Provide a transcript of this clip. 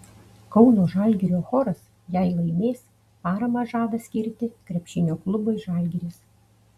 kauno žalgirio choras jei laimės paramą žada skirti krepšinio klubui žalgiris